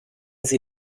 sie